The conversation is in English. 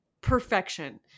perfection